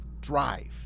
Drive